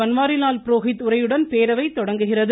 பன்வாரி லால் புரோகித் உரையுடன் பேரவை தொடங்குகிறது